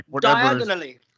Diagonally